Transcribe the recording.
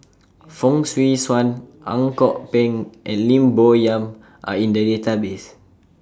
Fong Swee Suan Ang Kok Peng and Lim Bo Yam Are in The Database